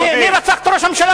כן, מי רצח את ראש הממשלה?